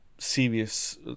Serious